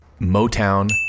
Motown